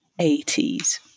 80s